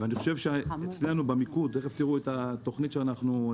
זה היה אצלנו במיקוד ותיכף תראו את התוכנית ששמנו.